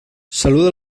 saluda